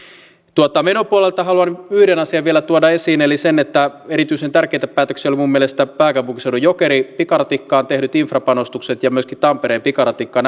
tuolta menopuolelta haluan yhden asian vielä tuoda esiin eli sen että erityisen tärkeitä päätöksiä olivat minun mielestäni pääkaupunkiseudun jokeri pikaratikkaan tehdyt infrapanostukset ja myöskin tampereen pikaratikka